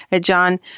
John